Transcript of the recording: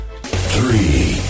Three